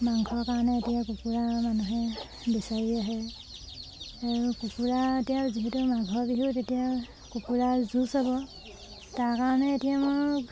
মাংসৰ কাৰণে এতিয়া কুকুৰা মানুহে বিচাৰি আহে আৰু কুকুৰা এতিয়া যিহেতু মাঘৰ বিহুত তেতিয়া কুকুৰাৰ যুঁজ হ'ব তাৰ কাৰণে এতিয়া মই